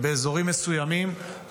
באזורים מסוימים,